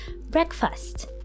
breakfast